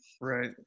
Right